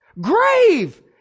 Grave